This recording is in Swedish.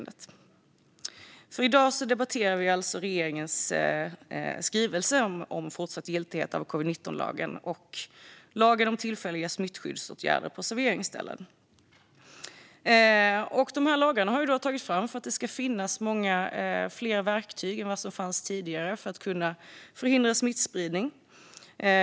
Fortsatt giltighet av covid-19-lagen och lagen om tillfälliga smittskyddsåtgärder I dag debatterar vi alltså regeringens skrivelse Fortsatt giltighet av covid-19-lagen och lagen om tillfälliga smittskyddsåtgärder på server ingsställen . Dessa lagar har tagits fram för att det ska finnas fler verktyg än vad som fanns tidigare för att förhindra smittspridning.